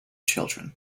children